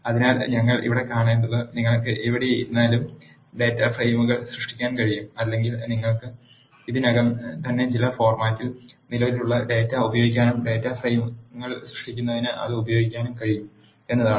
അതിനാൽ ഞങ്ങൾ ഇവിടെ കണ്ടത് നിങ്ങൾക്ക് എവിടെയായിരുന്നാലും ഡാറ്റ ഫ്രെയിമുകൾ സൃഷ്ടിക്കാൻ കഴിയും അല്ലെങ്കിൽ നിങ്ങൾക്ക് ഇതിനകം തന്നെ ചില ഫോർമാറ്റിൽ നിലവിലുള്ള ഡാറ്റ ഉപയോഗിക്കാനും ഡാറ്റ ഫ്രെയിമുകൾ സൃഷ്ടിക്കുന്നതിന് അത് ഉപയോഗിക്കാനും കഴിയും എന്നതാണ്